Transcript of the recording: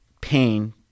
pain